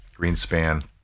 Greenspan